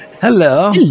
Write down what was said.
hello